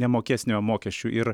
nemokės ne mokesčių ir